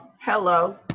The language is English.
hello